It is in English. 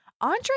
Andre